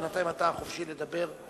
בינתיים אתה חופשי לדבר.